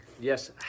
yes